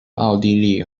奥地利